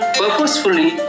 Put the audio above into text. purposefully